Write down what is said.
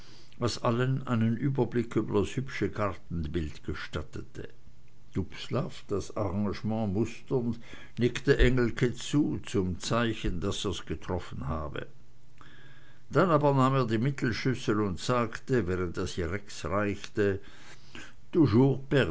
was allen einen überblick über das hübsche gartenbild gestattete dubslav das arrangement musternd nickte engelke zu zum zeichen daß er's getroffen habe dann aber nahm er die mittelschüssel und sagte während er sie rex reichte